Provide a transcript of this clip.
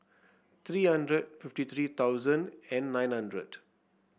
three hundred fifty three thousand and nine hundred